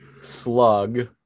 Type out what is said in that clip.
Slug